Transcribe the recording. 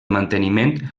manteniment